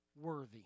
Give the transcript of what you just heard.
worthy